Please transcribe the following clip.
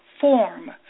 form